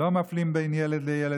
לא מפלים בין ילד לילד,